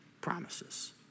promises